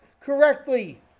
correctly